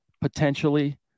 potentially